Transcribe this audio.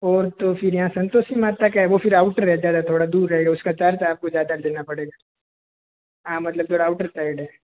और तो फिर यहाँ संतोषी माता का है वो तो फिर आउटर रहता है ज़्यादा थोड़ा दूर है उस का चार्ज आप को ज़्यादा देना पड़ेगा हाँ मतलब थोड़ा आउटर साइड है